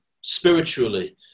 spiritually